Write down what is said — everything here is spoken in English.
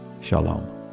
Shalom